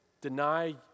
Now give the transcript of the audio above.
Deny